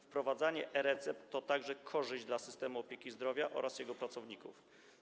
Wprowadzenie e-recept to także korzyść dla systemu opieki zdrowotnej oraz jego pracowników.